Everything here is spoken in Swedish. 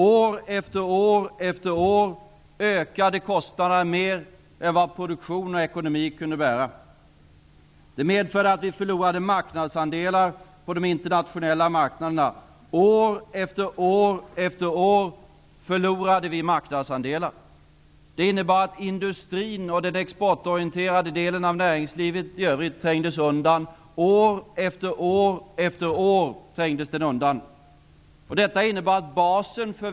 År efter år efter år ökade kostnaderna mer än vad produktion och ekonomi kunde bära. Det medförde att vi förlorade marknadsandelar på de internationella marknaderna. Det innebar att industrin och den exportorienterade delen av näringslivet i övrigt trängdes undan år efter år.